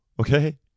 okay